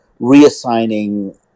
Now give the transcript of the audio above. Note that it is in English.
reassigning